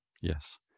Yes